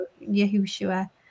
yahushua